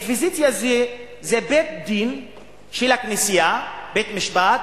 אינקוויזיציה זה בית-דין של הכנסייה, בית-משפט,